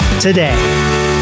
today